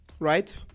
right